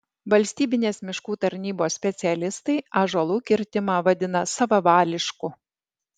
valstybinės miškų tarnybos specialistai ąžuolų kirtimą vadina savavališku